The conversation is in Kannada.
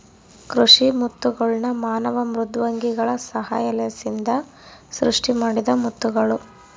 ಕೃಷಿ ಮುತ್ತುಗಳ್ನ ಮಾನವ ಮೃದ್ವಂಗಿಗಳ ಸಹಾಯಲಿಸಿಂದ ಸೃಷ್ಟಿಮಾಡಿದ ಮುತ್ತುಗುಳು